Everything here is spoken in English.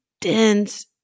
dense